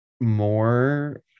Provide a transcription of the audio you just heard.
more